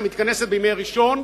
שמתכנסת בימי ראשון,